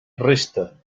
resta